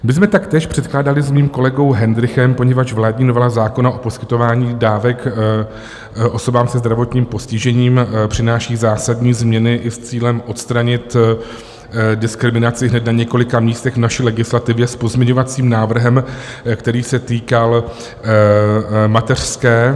My jsme taktéž předkládali s mým kolegou Hendrychem, poněvadž vládní novela zákona o poskytování dávek osobám se zdravotním postižením přináší zásadní změny i s cílem odstranit diskriminaci hned na několika místech v naší legislativě s pozměňovacím návrhem, který se týkal mateřské.